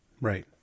right